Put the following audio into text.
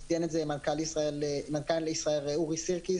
דיבר על זה מנכ"ל ישראייר, אורי סירקיס